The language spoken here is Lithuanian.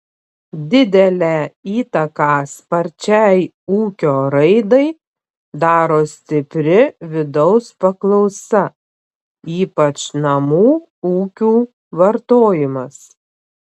didelę įtaką sparčiai ūkio raidai daro stipri vidaus paklausa ypač namų ūkių vartojimas